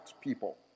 people